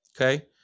Okay